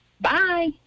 Bye